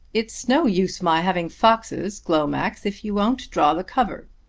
it's no use my having foxes, glomax, if you won't draw the cover.